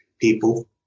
people